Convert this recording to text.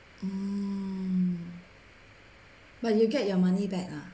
oh but you get your money back ah